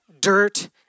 dirt